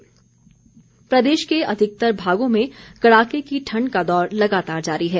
मौसम प्रदेश के अधिकतर भागों में कड़ाके की ठण्ड का दौर लगातार जारी है